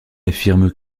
affirme